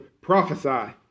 Prophesy